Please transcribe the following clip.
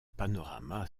panorama